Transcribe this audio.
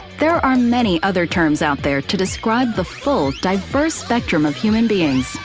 there are many other terms out there to describe the full diverse spectrum of human beings.